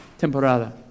temporada